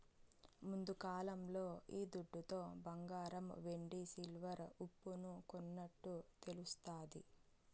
ముందుకాలంలో ఈ దుడ్లతో బంగారం వెండి సిల్వర్ ఉప్పును కొన్నట్టు తెలుస్తాది